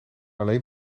alleen